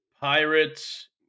Pirates